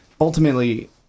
ultimately